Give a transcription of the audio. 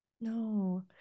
no